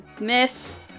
miss